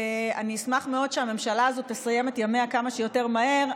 אני אשמח מאוד שהממשלה הזאת תסיים את ימיה כמה שיותר מהר,